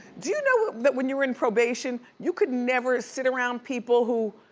do you know that when you're in probation, you could never sit around people who.